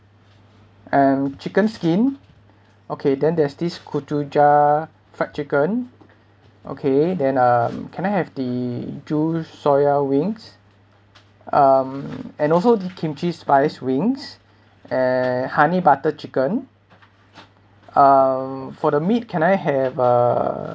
and chicken skin okay then there's this gochujang fried chicken okay then um can I have the soya wings um and also the kimchi spiced wings and honey butter chicken um for the meat can I have uh